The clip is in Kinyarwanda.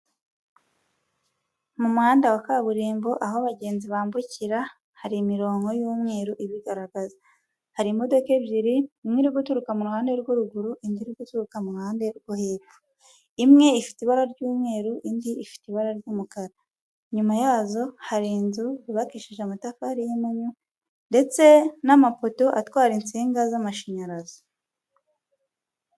Mu muhanda wa kaburimbo aho abagenzi bambukira hari imirongo y'umweru ibigaragaza, hari imodoka ebyiri, imwe iri guturuka mu ruhande rw'uruguru indi ituruka mu ruhande rwo hepfo, imwe ifite ibara ry'umweru indi ifite ibara ry'umukara, inyuma yazo hari inzu yubakishije amatafari y'impunyu ndetse n'amapoto atwara insinga z'amashanyarazi.